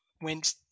went